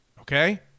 Okay